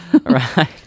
Right